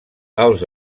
els